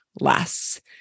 less